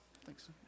Thanks